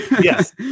Yes